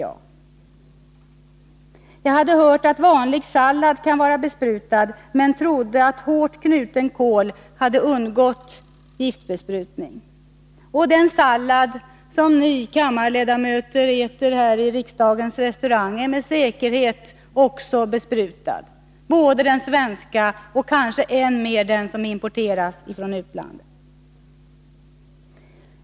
Jag hade hört att vanlig sallad kan vara besprutad, men jag trodde att hårt knuten kål hade undgått giftbesprutning. Och den sallad som ni kammarledamöter äter här i riksdagens restaurang är med säkerhet också besprutad, både den svenska och kanske än mer den som importeras från utlandet.